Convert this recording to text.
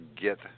get